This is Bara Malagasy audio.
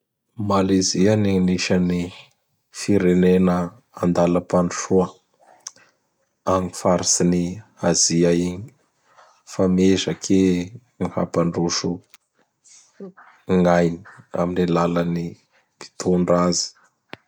Malaizia anisan'ny firenena an-dalam- pandrosoa am faritsy ny Azia igny fa miezaky i hampandroso gn'ainy am alalan'ny mpitondra azy.